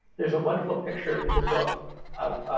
there's a wonderful picture in the book of